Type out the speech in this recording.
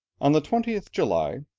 on the twentieth july,